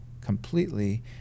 completely